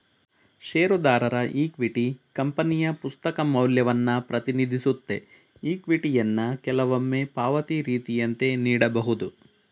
ಷೇರುದಾರರ ಇಕ್ವಿಟಿ ಕಂಪನಿಯ ಪುಸ್ತಕ ಮೌಲ್ಯವನ್ನ ಪ್ರತಿನಿಧಿಸುತ್ತೆ ಇಕ್ವಿಟಿಯನ್ನ ಕೆಲವೊಮ್ಮೆ ಪಾವತಿ ರೀತಿಯಂತೆ ನೀಡಬಹುದು